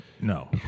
No